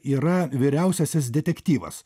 yra vyriausiasis detektyvas